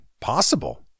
possible